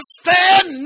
stand